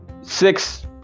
six